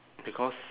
because